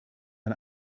man